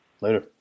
Later